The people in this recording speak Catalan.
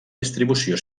distribució